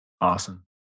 Awesome